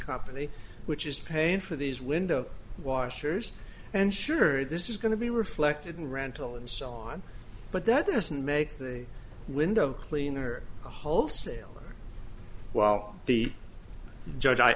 company which is paying for these window washers and sure this is going to be reflected in rental and so on but that doesn't make the window cleaner the wholesaler while the judge i